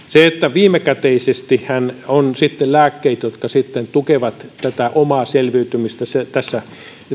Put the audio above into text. viimekätisestihän on sitten lääkkeet jotka tukevat tätä omaa selviytymistä tässä